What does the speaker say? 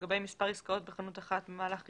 לגבי מספר עסקאות בחנות אחת במהלך רבעון,